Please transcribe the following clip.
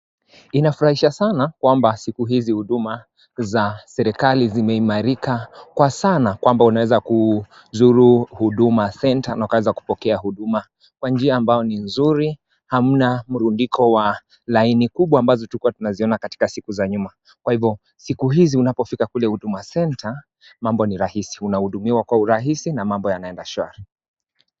Inafurahisha sana kwamba siku hizi huduma za serikali zimeimarika kwa sana kwamba unaweza kuzuru Huduma Center na ukaweza kupokea huduma kwa njia ambayo ni mzuri hamna mrundiko wa laini kubwa ambazo tulikua tunaziona katika siku za nyuma, kwa hivo siku hizi unapofika kule Huduma Center mambo ni rahisi, unahudumiwa kwa urahisi na mambo yanaenda shwari.